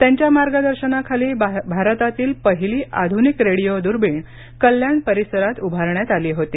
त्यांच्या मार्गदर्शनाखाली भारतातील पहिली आध्निक रेडिओ दूर्बीण कल्याण परिसरात उभारण्यात आली होती